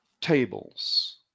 tables